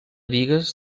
bigues